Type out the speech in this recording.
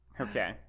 okay